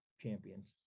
champions